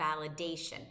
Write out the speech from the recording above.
validation